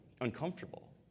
uncomfortable